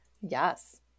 Yes